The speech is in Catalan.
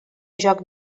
joc